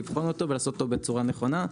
לבחון אותו ולעשות אותו בצורה נכונה.